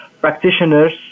practitioners